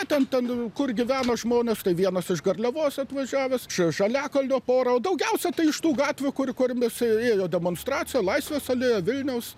na ten ten kur gyveno žmonės tai vienas iš garliavos atvažiavęs iš žaliakalnio pora daugiausiai tai iš tų gatvių kur kuriomis ėjo demonstracija laisvės alėja vilniaus